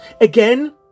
again